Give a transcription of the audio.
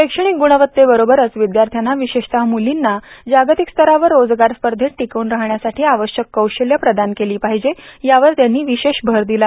शैक्षणिक ग्णवत्तेबरोबरच विद्यार्थ्यांना विशेषतः म्लींना जागतिक स्तरावर रोजगार स्पर्धेत टिकून राहण्यासाठी आवश्यक कौशल्ये प्रदान केली पाहिजेत यावर त्यांनी भर दिला